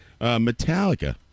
Metallica